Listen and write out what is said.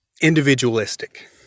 individualistic